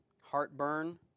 heartburn